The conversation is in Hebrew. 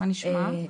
מה נשמע?